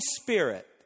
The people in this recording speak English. spirit